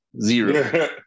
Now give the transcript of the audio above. Zero